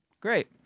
Great